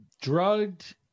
drugged